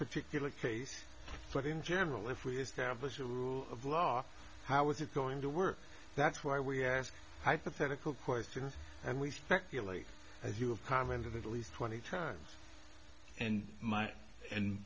particular case but in general if we establish a rule of law how is it going to work that's why we ask hypothetical questions and we speculate as you have commented at least twenty times and my